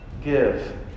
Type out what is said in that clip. give